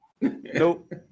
Nope